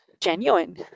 genuine